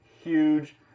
huge